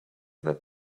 that